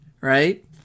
right